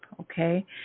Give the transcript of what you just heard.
Okay